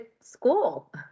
school